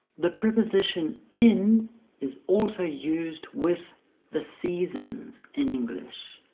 the preposition in is also used with the seasons in english.